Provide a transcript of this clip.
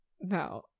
No